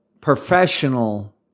professional